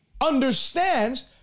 understands